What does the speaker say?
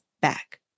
back